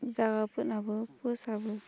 जागाफोनाबो फोसाबो